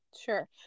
Sure